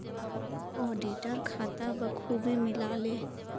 auditor खाता बखूबी मिला ले